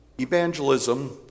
Evangelism